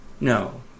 No